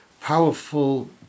powerful